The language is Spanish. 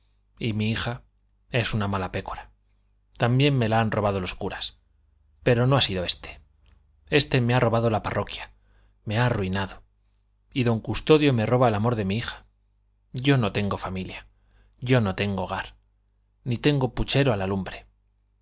y mi hija es una mala pécora también me la han robado los curas pero no ha sido este este me ha robado la parroquia me ha arruinado y don custodio me roba el amor de mi hija yo no tengo familia yo no tengo hogar ni tengo puchero a la lumbre